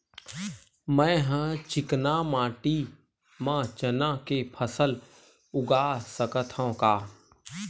मै ह चिकना माटी म चना के फसल उगा सकथव का?